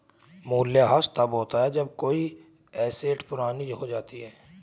मूल्यह्रास तब होता है जब कोई एसेट पुरानी हो जाती है